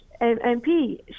MP